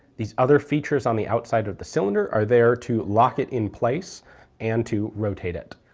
these other features on the outside of the cylinder are there to lock it in place and to rotate it.